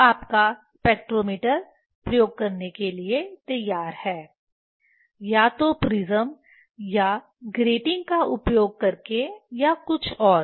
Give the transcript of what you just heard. अब आपका स्पेक्ट्रोमीटर प्रयोग करने के लिए तैयार है या तो प्रिज़्म या ग्रेटिंग का उपयोग करके या कुछ और